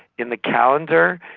in the calendar,